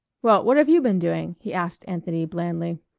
well, what have you been doing? he asked anthony blandly.